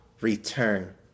return